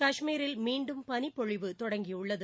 காஷ்மீரில் மீன்டும் பனிப்பொழிவு தொடங்கியுள்ளது